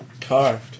Carved